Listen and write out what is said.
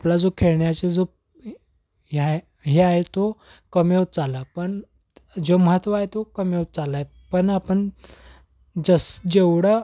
आपला जो खेळण्याचा जो हे आहे हे आहे तो कमी होत चालला पण जो महत्त्व आहे तो कमी होत चालला आहे पण आपण जसं जेवढं